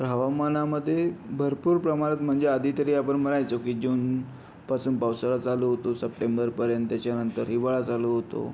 तर हवामानामध्ये भरपूर प्रमाणात म्हणजे आधी तरी आपण म्हणायचो की जूनपासून पावसाळा चालू होतो सप्टेंबरपर्यंत त्याच्या नंतर हिवाळा चालू होतो